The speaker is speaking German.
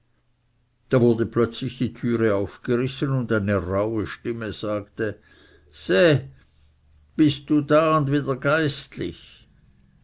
da wurde plötzlich die türe aufgerissen und eine rauhe stimme sagte seh bist du da und wieder geistlich